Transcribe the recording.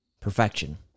perfection